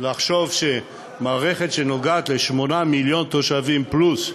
לחשוב שמערכת שנוגעת ל-8 מיליון תושבים פלוס,